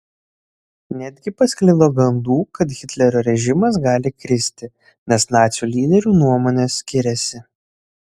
netgi pasklido gandų kad hitlerio režimas gali kristi nes nacių lyderių nuomonės skiriasi